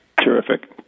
Terrific